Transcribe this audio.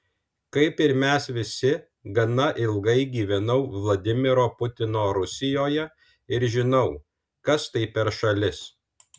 kaip ir mes visi gana ilgai gyvenau vladimiro putino rusijoje ir žinau kas tai per šalis